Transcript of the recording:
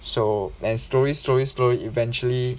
so and slowly slowly slowly eventually